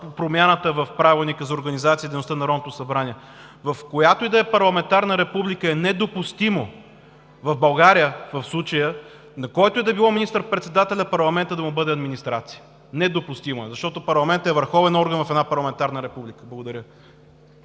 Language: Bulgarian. дейността на Народното събрание. В която и да е парламентарна република е недопустимо, в случая България, на който и да било министър-председател, парламентът да му бъде администрация. Недопустимо е! Защото парламентът е върховен орган в една парламентарна република. Благодаря.